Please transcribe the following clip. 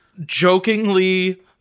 jokingly